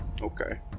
Okay